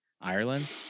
Ireland